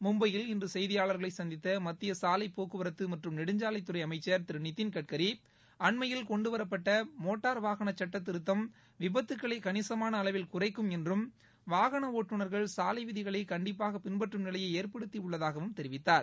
மும்பையில் இன்று செய்தியாளர்களை சந்தித்த மத்திய சாலை போக்குவரத்து மற்றும் நெடுஞ்சாலைத்துறை அமைச்சர் திரு நிதின் கட்கரி அண்மயில் கொண்டுவரப்பட்ட மோட்டார் வாகன சட்டத் திருத்தம் விபத்துக்களை கணிசமான அளவில் குறைக்கும் என்றும் வாகன ஒட்டுநர்கள் சாலை விதிகளை கண்டிப்பாக பின்பற்றும் நிலையை ஏற்படுத்தி உள்ளதாகவும் தெரிவித்தார்